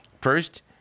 First